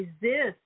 resist